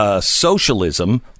socialism